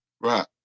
Right